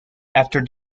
after